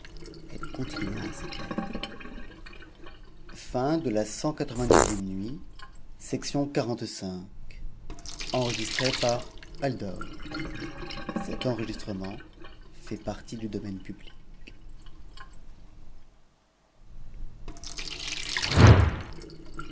elle continua en ces termes cxci nuit